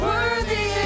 Worthy